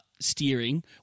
steering